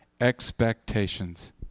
expectations